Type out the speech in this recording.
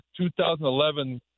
2011